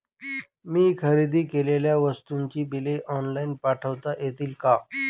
मी खरेदी केलेल्या वस्तूंची बिले ऑनलाइन पाठवता येतील का?